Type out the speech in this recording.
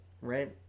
right